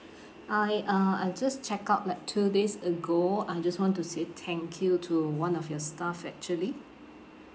I uh I just checked out like two days ago I just want to say thank you to one of your staff actually